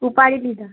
ઉપાડી જ લીધા